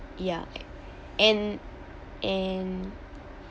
ya and and